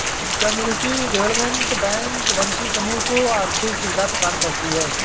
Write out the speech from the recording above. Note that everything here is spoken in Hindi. कम्युनिटी डेवलपमेंट बैंक वंचित समूह को आर्थिक सुविधा प्रदान करती है